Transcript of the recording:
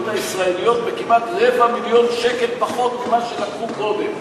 הישראליות בכמעט רבע מיליון שקל פחות ממה שהן לקחו קודם.